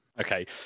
Okay